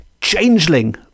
changeling